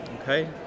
okay